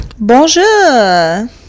bonjour